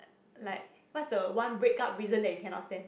like what's the one break up reason that you cannot stand